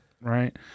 Right